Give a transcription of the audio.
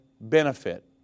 benefit